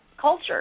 culture